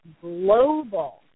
global